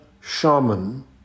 shaman